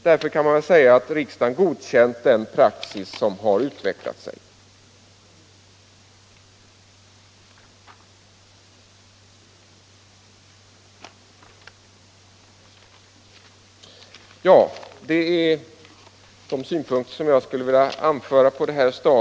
Därför kan man säga att riksdagen godkänt den praxis som utvecklat sig.